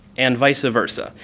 and vice versa.